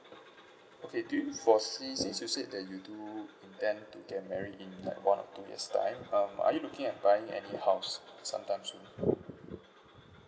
okay do you foresee if you said that you do intend to get married in like one or two years time um are you looking at buying any house sometime soon